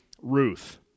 Ruth